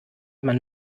man